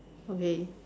okay